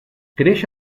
creix